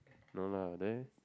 no lah there